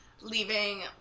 leaving